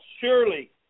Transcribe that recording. Surely